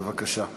בבקשה.